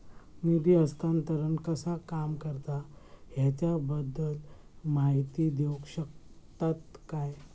निधी हस्तांतरण कसा काम करता ह्याच्या बद्दल माहिती दिउक शकतात काय?